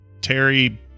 Terry